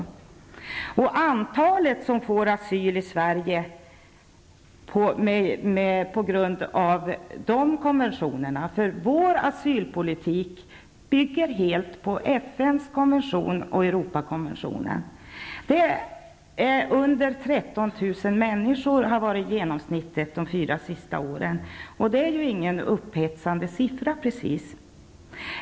Siffran för det antal som får asyl i Sverige enligt de nämnda konventionerna, som vår asylpolitik helt bygger på, är inte upphetsande -- under 13 000 personer har varit genomsnittet under de fyra senaste budgetåren.